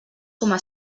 coma